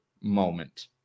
moment